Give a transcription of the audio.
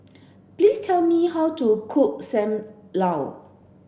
please tell me how to cook Sam Lau